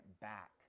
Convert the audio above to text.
back